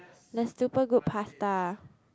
the super good pasta